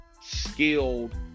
skilled